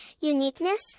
uniqueness